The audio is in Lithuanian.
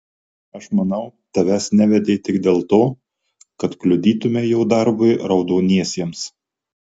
aš manau tavęs nevedė tik dėl to kad kliudytumei jo darbui raudoniesiems